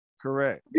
Correct